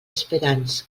aspirants